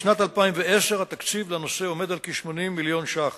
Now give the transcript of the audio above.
בשנת 2010 התקציב לנושא עומד על כ-80 מיליון ש"ח.